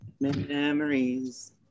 memories